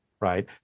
right